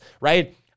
right